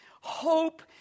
Hope